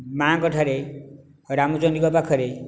ମାଙ୍କ ଠାରେ ରାମଚଣ୍ଡୀଙ୍କ ପାଖରେ